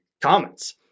comments